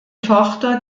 tochter